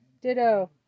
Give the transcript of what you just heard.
Ditto